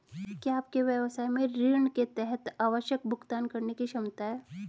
क्या आपके व्यवसाय में ऋण के तहत आवश्यक भुगतान करने की क्षमता है?